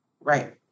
Right